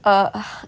err